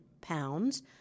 pounds